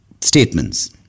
statements